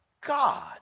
God